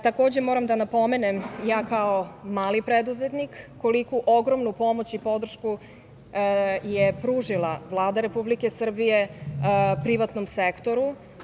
Takođe, moram da napomenem da ja kao mali preduzetnik sam imala ogromnu pomoć i podršku koju je pružila Vlada Republike Srbije privatnom sektoru.